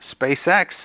SpaceX